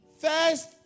First